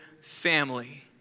family